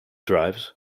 drives